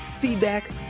feedback